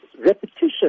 repetition